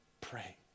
Pray